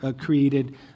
created